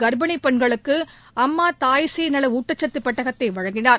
கர்ப்பிணிப் பெண்களுக்கு அம்மா தாய் சேய் நல ஊட்டசத்து பெட்டகத்தை வழங்கினார்